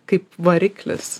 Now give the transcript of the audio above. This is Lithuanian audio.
kaip variklis